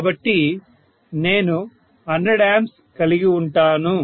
కాబట్టి నేను 100 A కలిగి ఉంటాను